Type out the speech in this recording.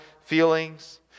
feelings